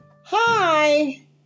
Hi